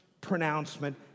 pronouncement